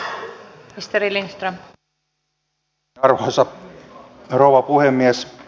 arvoisa rouva puhemies